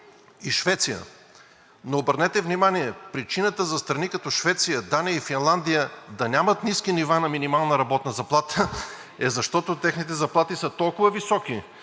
и Швеция. Но обърнете внимание, причината за страни като Швеция, Дания и Финландия да нямат ниски нива на минимална работна заплата е, защото техните заплати са толкова високи,